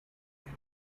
near